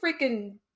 freaking